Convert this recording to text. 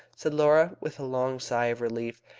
said laura, with a long sigh of relief.